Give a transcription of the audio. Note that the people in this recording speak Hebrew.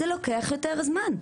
זה לוקח יותר זמן.